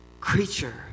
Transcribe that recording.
creature